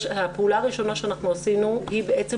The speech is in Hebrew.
הפעולה הראשונה שאנחנו עשינו היא בעצם